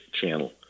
channel